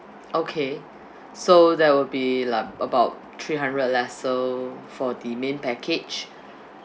okay so there will be like about three hundred lah so for the main package